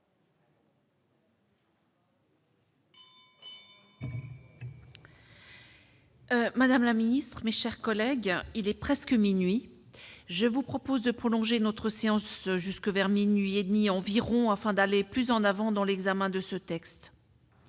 Madame la ministre, mes chers collègues, il est presque minuit. Je vous propose de prolonger notre séance jusqu'à zéro heure trente environ, afin d'aller plus avant dans l'examen de ce texte.